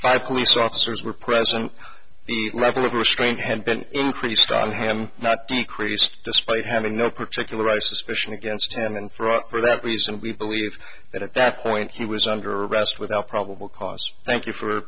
five police officers were present the level of restraint had been increased on him not decreased despite having no particular a suspicion against him and for that reason we believe that at that point he was under arrest without probable cause thank you for